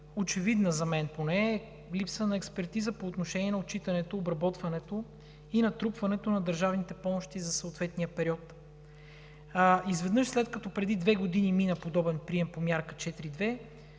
очевидната, поне за мен, липса на експертиза по отношение на отчитането, обработването и натрупването на държавните помощи за съответния период. Изведнъж, след като преди две години мина подобен прием по Мярка 4.2,